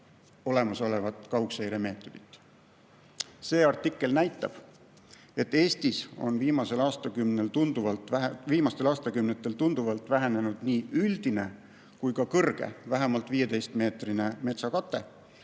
olemasolevat kaugseiremeetodit. See artikkel näitab, et Eestis on viimastel aastakümnetel tunduvalt vähenenud nii üldine kui ka kõrge, vähemalt 15‑meetrine metsakate